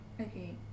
Okay